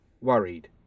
worried